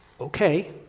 okay